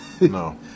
No